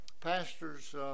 Pastor's